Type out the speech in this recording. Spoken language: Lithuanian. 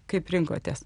kaip rinkotės